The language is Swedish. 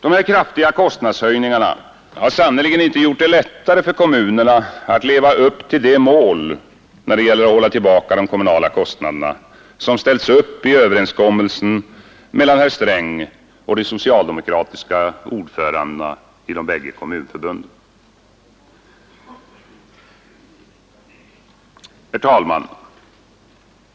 De här kraftiga kostnadshöjningarna har sannerligen inte gjort det lättare för kommunerna att leva upp till de mål, när det gäller att hålla tillbaka de kommunala kostnaderna, som ställts upp i överenskommelsen mellan herr Sträng och de socialdemokratiska ordförandena i de bägge kommunförbunden. Herr talman!